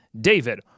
David